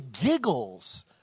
giggles